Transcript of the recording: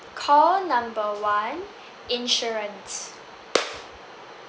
call number one insurance